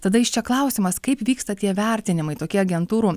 tada iš čia klausimas kaip vyksta tie vertinimai tokie agentūrų